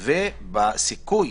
ובסיכוי